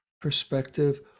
perspective